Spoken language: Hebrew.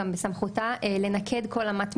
גם בסמכותה לנקד כל אמת מידה,